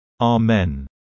Amen